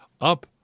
up